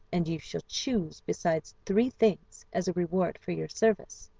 and you shall choose besides three things as a reward for your service.